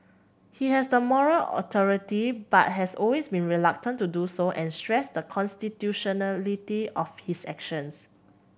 he has the moral authority but has always been reluctant to do so and stressed the constitutionality of his actions